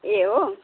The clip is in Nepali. ए हो